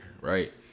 right